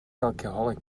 alcoholic